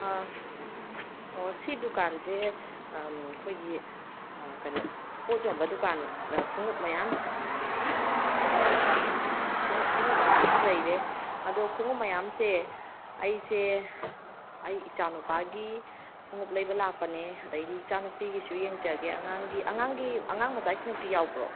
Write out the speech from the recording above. ꯑꯣ ꯁꯤ ꯗꯨꯀꯥꯟꯁꯦ ꯑꯩꯈꯣꯏꯒꯤ ꯀꯩꯅꯣ ꯄꯣꯠ ꯌꯣꯟꯕ ꯗꯨꯀꯥꯟ ꯈꯣꯡꯎꯞ ꯃꯌꯥꯝ ꯑꯣ ꯑꯣ ꯈꯣꯡꯎꯞ ꯈꯣꯡꯎꯞ ꯃꯌꯥꯝꯁꯨ ꯂꯩꯔꯦ ꯑꯗꯣ ꯈꯣꯡꯎꯞ ꯃꯌꯥꯝꯁꯦ ꯑꯩꯁꯦ ꯑꯩ ꯏꯆꯥꯅꯨꯄꯥꯒꯤ ꯈꯣꯡꯎꯞ ꯂꯩꯕ ꯂꯥꯛꯄꯅꯦ ꯑꯗꯩꯗꯤ ꯏꯆꯥꯅꯨꯄꯤꯒꯤꯁꯨ ꯌꯦꯡꯖꯒꯦ ꯑꯉꯥꯡꯒꯤ ꯑꯉꯥꯡꯒꯤ ꯑꯉꯥꯡ ꯃꯆꯥꯒꯤ ꯈꯣꯡꯎꯞꯇꯤ ꯌꯥꯎꯕ꯭ꯔꯣ